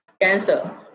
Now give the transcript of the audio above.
cancer